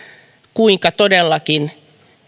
kuinka todellakin